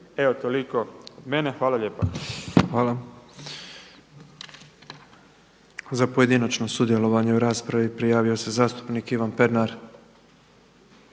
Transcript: Evo toliko od mene. Hvala lijepa. **Petrov, Božo (MOST)** Za pojedinačno sudjelovanje u raspravi prijavio se zastupnik Ivan Pernar.